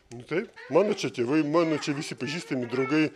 nu taip mano čia tėvai mano čia visi pažįstami draugai